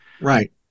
right